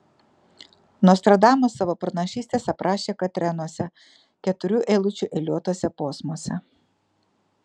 nostradamas savo pranašystes aprašė katrenuose keturių eilučių eiliuotuose posmuose